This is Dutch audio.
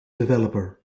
developer